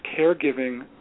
caregiving